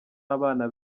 abana